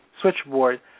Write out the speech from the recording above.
switchboard